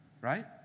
Right